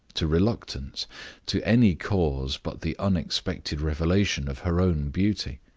to reluctance to any cause but the unexpected revelation of her own beauty.